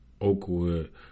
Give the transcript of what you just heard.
Oakwood